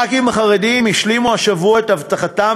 חברי הכנסת החרדים השלימו השבוע את הבטחתם